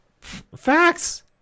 facts